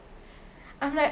I’m like